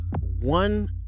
one